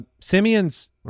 Simeon's—